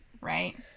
Right